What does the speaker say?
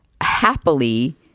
happily